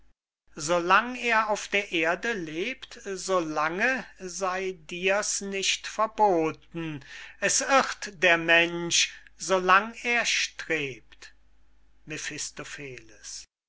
lang er auf der erde lebt so lange sey dir's nicht verboten es irrt der mensch so lang er strebt